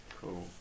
Cool